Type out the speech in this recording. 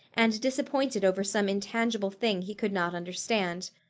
and disappointed over some intangible thing he could not understand.